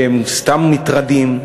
שהם סתם מטרדים,